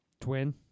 twin